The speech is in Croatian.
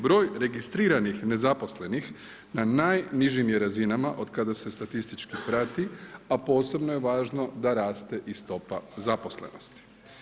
Broj registriranih nezaposlenih na najnižim je razinama od kada se statistički prati a posebno je važno da raste i stopa zaposlenosti.